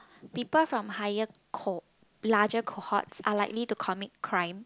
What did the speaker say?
people from higher larger cohort are likely to commit crime